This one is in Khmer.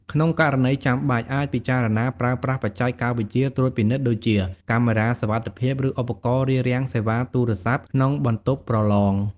ក្នុងករណីចាំបាច់ អាចពិចារណាប្រើប្រាស់បច្ចេកវិទ្យាត្រួតពិនិត្យដូចជា កាមេរ៉ាសុវត្ថិភាព ឬឧបករណ៍រារាំងសេវាទូរស័ព្ទក្នុងបន្ទប់ប្រឡង។